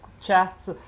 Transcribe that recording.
chats